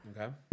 Okay